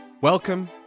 Welcome